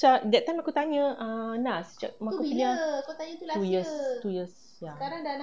pasal that time aku tanya ah naz rumah aku punya two years two years ya